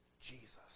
Jesus